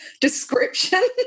description